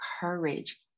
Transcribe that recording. courage